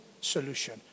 solution